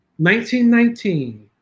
1919